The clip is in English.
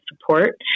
support